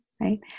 Right